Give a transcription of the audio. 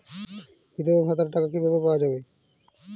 বিধবা ভাতার টাকা কিভাবে পাওয়া যাবে?